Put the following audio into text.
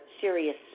serious